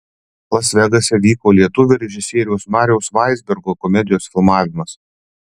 las vegase vyko lietuvio režisieriaus mariaus vaizbergo komedijos filmavimas